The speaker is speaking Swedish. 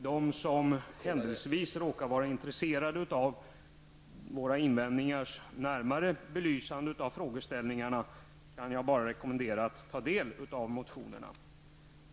De som händelsevis råkar vara intresserade av våra invändningar och närmare belysning av frågeställningarna kan jag bara rekommendera att ta del av motionerna.